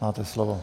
Máte slovo.